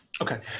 Okay